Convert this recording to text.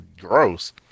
gross